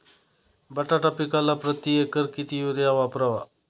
बटाटा पिकाला प्रती एकर किती युरिया वापरावा?